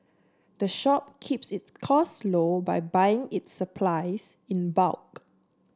the shop keeps its costs low by buying its supplies in bulk